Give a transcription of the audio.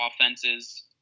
offenses